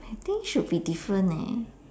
I think should be different leh